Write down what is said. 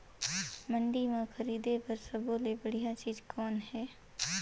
मंडी म खरीदे बर सब्बो ले बढ़िया चीज़ कौन हे?